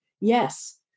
Yes